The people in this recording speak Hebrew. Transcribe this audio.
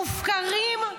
מופקרים,